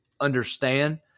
understand